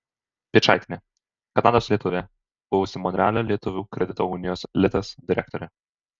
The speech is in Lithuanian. piečaitienė kanados lietuvė buvusi monrealio lietuvių kredito unijos litas direktorė